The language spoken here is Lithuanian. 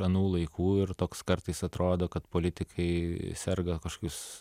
anų laikų ir toks kartais atrodo kad politikai serga kažkas